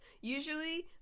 usually